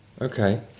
Okay